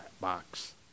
box